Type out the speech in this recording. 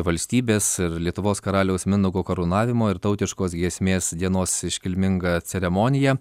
valstybės ir lietuvos karaliaus mindaugo karūnavimo ir tautiškos giesmės dienos iškilminga ceremonija